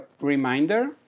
reminder